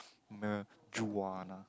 Marijuana